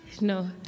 No